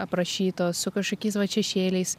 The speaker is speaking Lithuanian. aprašytos su kašokiais vat šešėliais